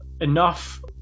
enough